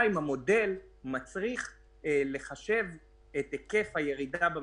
כן, הקונטקסט היותר רחב.